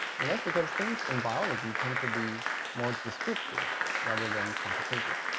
and that's because things in biology tend to be more descriptive rather than quantitative